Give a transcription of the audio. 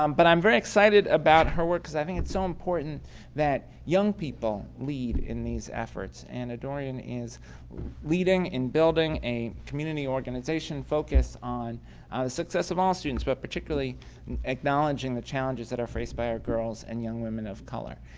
um but, i'm very excited about her work because i think it's so important that young people lead in these efforts and adorian is leading and building a community organization focused on the success of all students but particularly acknowledging the challenges that are faced by our girls and young women of color.